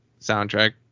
soundtrack